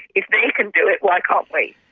if they can do it why can't we.